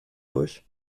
durch